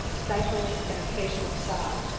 stifling an occasional sob,